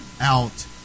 out